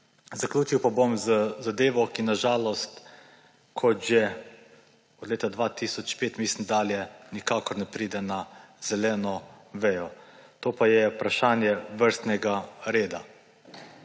Zaključil bom z zadevo, ki na žalost že vse od leta 2005 dalje nikakor ne pride na zeleno vejo, to pa je vprašanje vrstnega reda.